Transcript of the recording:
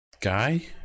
guy